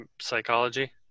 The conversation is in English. psychology